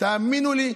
תאמינו לי,